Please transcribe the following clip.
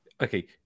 Okay